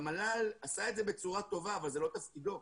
והמל"ל עשה את זה בצורה טובה אבל זה לא תפקידו.